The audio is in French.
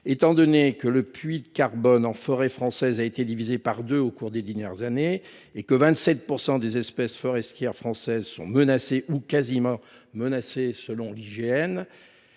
Étant donné que le puits de carbone en forêt française a été divisé par deux au cours des dix dernières années et que 27 % des espèces forestières françaises sont menacées ou quasi menacées selon